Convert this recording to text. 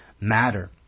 matter